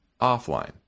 offline